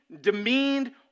demeaned